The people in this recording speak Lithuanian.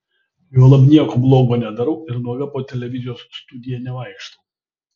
juolab nieko blogo nedarau ir nuoga po televizijos studiją nevaikštau